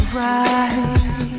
right